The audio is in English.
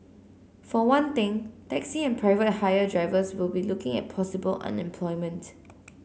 for one thing taxi and private hire drivers will be looking at possible unemployment